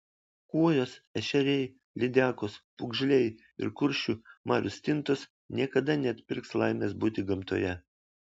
kuojos ešeriai lydekos pūgžliai ir kuršių marių stintos niekada neatpirks laimės būti gamtoje